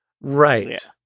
Right